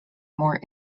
more